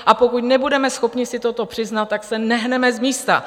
A pokud nebudeme schopni si toto přiznat, tak se nehneme z místa.